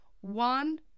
One